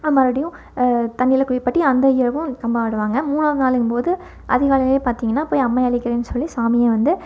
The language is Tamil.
அதை மறுபடியும் தண்ணியில் குளிப்பாட்டி அந்த இரவும் கம்பம் ஆடுவாங்க மூணாவது நாளுங்கும் போது அதிகாலைலேயே பார்த்திங்கன்னா போய் அம்மை அழைக்கிறேன் சொல்லி சாமியை வந்து